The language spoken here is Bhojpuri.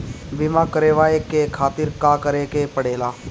बीमा करेवाए के खातिर का करे के पड़ेला?